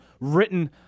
written